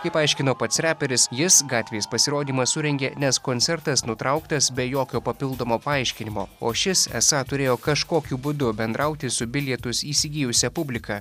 kaip paaiškino pats reperis jis gatvės pasirodymą surengė nes koncertas nutrauktas be jokio papildomo paaiškinimo o šis esą turėjo kažkokiu būdu bendrauti su bilietus įsigijusia publika